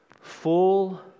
full